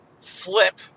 flip